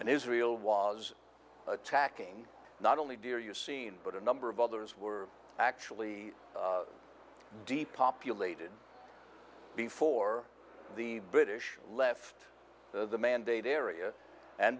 and israel was attacking not only dear you seen but a number of others were actually depopulated before the british left the mandate area and